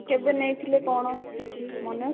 କେବେ ନେଇଥିଲେ କଣ କିଛି ମନେ ଅଛି